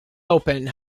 open